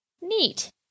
Neat